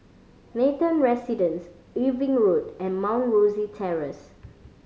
Nathan Residence Irving Road and Mount Rosie Terrace